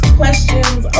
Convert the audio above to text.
questions